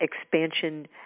expansion